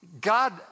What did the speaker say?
God